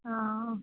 ಹಾಂ